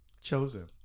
chosen